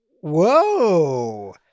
whoa